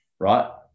Right